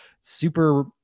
super